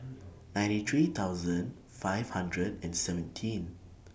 ninety three thousand five hundred and seventeen